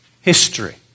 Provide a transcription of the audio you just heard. history